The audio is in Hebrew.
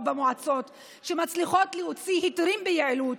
במועצות שמצליחות להוציא היתרים ביעילות,